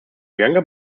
younger